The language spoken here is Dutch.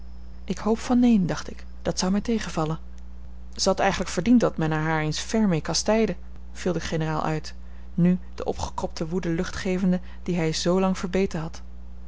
ik hoop van neen dacht ik dat zou mij tegenvallen ze had eigenlijk verdiend dat men er haar eens ferm mee kastijdde viel de generaal uit nù de opgekropte woede lucht gevende die hij zoolang verbeten had